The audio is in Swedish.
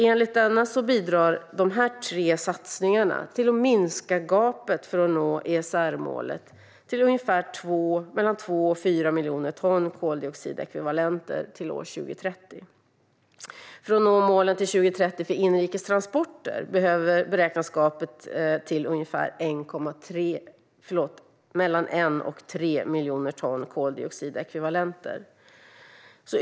Enligt denna bidrar de här tre satsningarna till att minska gapet för att nå ESR-målet till ungefär 2-4 miljoner ton koldioxidekvivalenter år 2030. För att nå målen till 2030 för inrikes transporter beräknas gapet till ungefär 1-3 miljoner ton koldioxidekvivalenter.